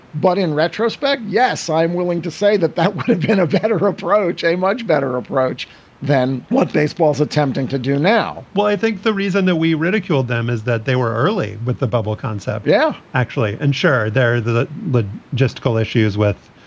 but in retrospect, yes, i am willing to say that that would have been a better approach, a much better approach than what baseball is attempting to do now well, i think the reason that we ridiculed them is that they were early with the bubble concept yeah, actually. and sure, they're just tickle issues with,